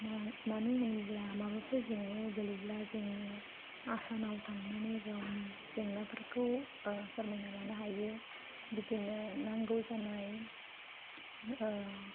मानो होनोब्ला माबाफोर जेंनायाव गोग्लैब्ला जोङो आसानाव थांनानै गावनि जेंनाफोरखौ फोरमायना लानो हायो बिदिनो नांगौ जानाय